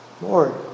Lord